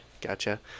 Gotcha